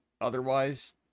Otherwise